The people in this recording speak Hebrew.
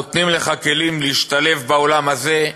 נותנים לך כלים להשתלב בעולם הזה,